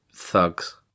thugs